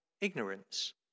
ignorance